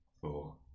four